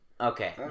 Okay